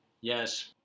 Yes